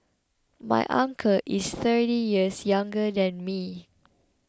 my uncle is thirty years younger than me